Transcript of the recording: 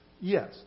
yes